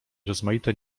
rozmaite